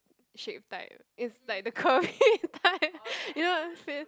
shape type is like the curvy type you know say